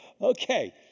Okay